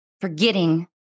forgetting